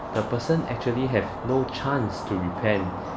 the person actually have no chance to repent